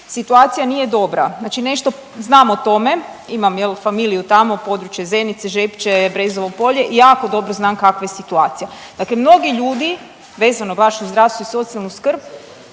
situacija nije dobro. Znači nešto znam o tome, imam familiju tamo područje Zenice, Žepče, Brezovo polje i jako dobro znam kakva je situacija. Dakle, mnogi ljudi vezano baš uz zdravstvo i socijalnu skrb